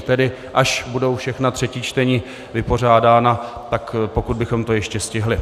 Tedy až budou všechna třetí čtení vypořádána, tak pokud bychom to ještě stihli.